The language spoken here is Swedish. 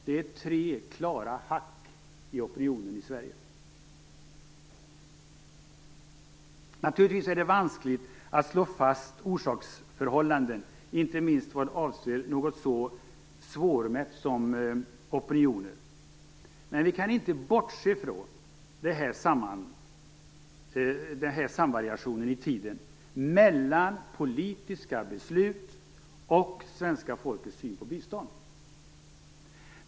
Det är tre klara hack i opinionen i Sverige. Naturligtvis är det vanskligt att slå fast orsaksförhållanden, inte minst vad avser något så svårmätt som opinioner. Men vi kan inte bortse från de här samvariationerna i tiden mellan politiska beslut och svenska folkets syn på bistånd.